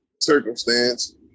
circumstance